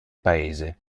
paese